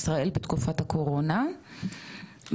בדיונים רבים בוועדה,